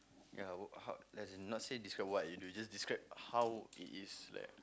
ya I work hard there is nothing describe what you did you can just describe how it is that